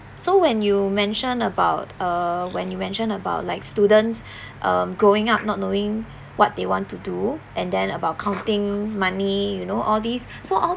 so when you mention about uh when you mention about like students um growing up not knowing what they want to do and then about counting money you know all these so all